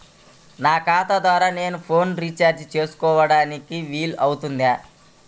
నా ఖాతా ద్వారా నేను ఫోన్ రీఛార్జ్ చేసుకోవడానికి వీలు అవుతుందా?